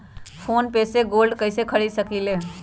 Phone पे से gold कईसे खरीद सकीले?